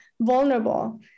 vulnerable